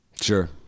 Sure